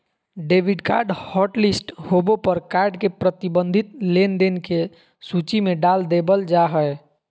debit card hotlist होबे पर card के प्रतिबंधित लेनदेन के सूची में डाल देबल जा हय